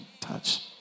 Touch